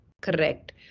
correct